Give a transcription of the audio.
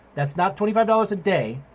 that's not twenty five dollars a day,